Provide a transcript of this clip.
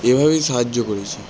এভাবেই সাহায্য করেছি